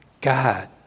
God